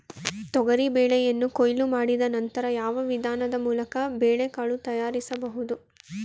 ತೊಗರಿ ಬೇಳೆಯನ್ನು ಕೊಯ್ಲು ಮಾಡಿದ ನಂತರ ಯಾವ ವಿಧಾನದ ಮೂಲಕ ಬೇಳೆಕಾಳು ತಯಾರಿಸಬಹುದು?